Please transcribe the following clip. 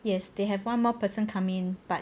yes they have one more person coming in but